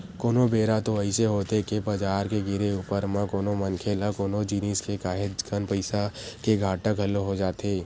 कोनो बेरा तो अइसे होथे के बजार के गिरे ऊपर म कोनो मनखे ल कोनो जिनिस के काहेच कन पइसा के घाटा घलो हो जाथे